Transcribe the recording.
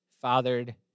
fathered